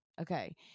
okay